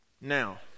Now